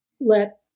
let